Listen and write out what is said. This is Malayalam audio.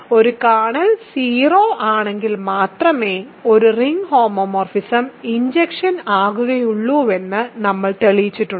ഒരു കേർണൽ 0 ആണെങ്കിൽ മാത്രമേ ഒരു റിംഗ് ഹോമോമോർഫിസം ഇൻജക്ഷൻ ആകുകയുള്ളൂവെന്ന് നമ്മൾ തെളിയിച്ചിട്ടുണ്ട്